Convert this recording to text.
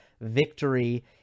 victory